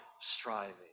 striving